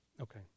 Okay